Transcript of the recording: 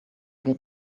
get